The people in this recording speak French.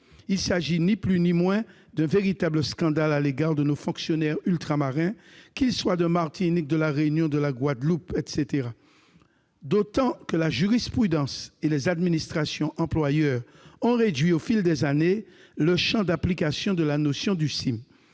Il s'agit ni plus ni moins d'un véritable scandale à l'égard de nos fonctionnaires ultramarins, qu'ils soient de Martinique, de La Réunion, de la Guadeloupe, etc., d'autant que la jurisprudence et les administrations ont réduit, au fil des années, le champ d'application de la notion du CIMM.